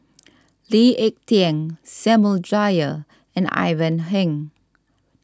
Lee Ek Tieng Samuel Dyer and Ivan Heng